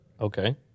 Okay